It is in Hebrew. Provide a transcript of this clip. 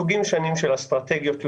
סוגים שונים של אסטרטגיות לובינג.